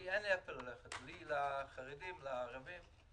לי אין לאן ללכת, לחרדים ולערבים.